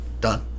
Done